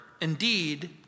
indeed